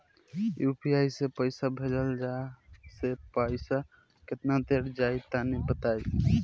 UPI से पईसा भेजलाऽ से पईसा केतना देर मे जाई तनि बताई?